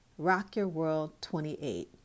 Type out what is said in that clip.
RockYourWorld28